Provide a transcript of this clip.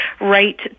right